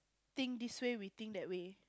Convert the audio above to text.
think this way we think that we